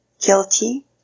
guilty